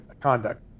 conduct